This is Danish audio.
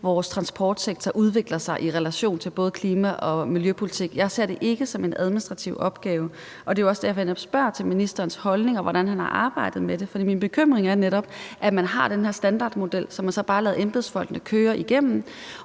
vores transportsektor udvikler sig i relation til både klima og miljøpolitik. Jeg ser det ikke som en administrativ opgave, og det er jo også derfor, jeg netop spørger til ministerens holdning og til, hvordan han har arbejdet med det, for min bekymring er netop, at man har den her standardmodel, som man så bare lader embedsfolkene køre igennem,